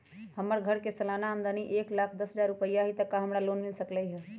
हमर घर के सालाना आमदनी एक लाख दस हजार रुपैया हाई त का हमरा लोन मिल सकलई ह?